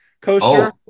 coaster